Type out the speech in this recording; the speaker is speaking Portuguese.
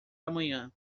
amanhã